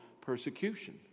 persecution